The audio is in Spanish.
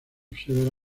severa